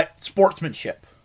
sportsmanship